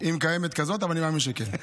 אם קיימת כזאת, אבל אני מאמין שכן.